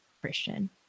Christian